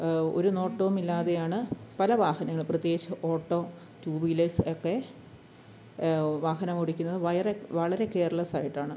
ഒരു നോട്ടവും ഇല്ലാതെയാണ് പല വാഹനങ്ങളും പ്രത്യേകിച്ച് ഓട്ടോ ടു വീലേഴ്സ് ഒക്കെ വാഹനം ഓടിക്കുന്നത് വളരെ കെയർലെസ്സ് ആയിട്ടാണ്